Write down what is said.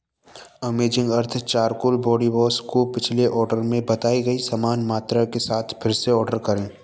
amazing earth charcoal body wash को पिछले order में बताई गई समान मात्रा के साथ फिर से ऑर्डर करें